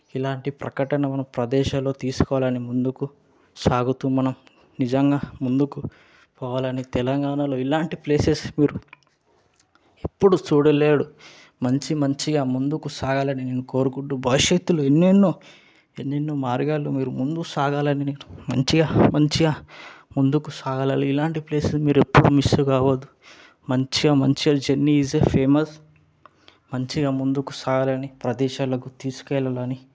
ఇలాంటి ప్రకటనలను ప్రదేశాలు తీసుకోవాలని ముందుకు సాగుతు మనం నిజంగా ముందుకు పోవాలని తెలంగాణలో ఇలాంటి ప్లేసెస్ ఎప్పుడు ఎప్పుడు చూడలేరు మంచి మంచిగా ముందుకు సాగాలని నేను కోరుకుంటు భవిష్యత్తులో ఎన్నెన్నో ఎన్నెన్నో మార్గాలు మీరు ముందుకు సాగాలని మంచిగా మంచిగా ముందుకు సాగాలి ఇలాంటి ప్లేసెస్ మీరు ఎప్పుడు మిస్ కావద్దు మంచిగా మంచిగా జర్నీ ఈస్ ఎ ఫేమస్ మంచిగా ముందుకు సాగాలని ప్రదేశాలకు తీసుకు వెళ్ళాలని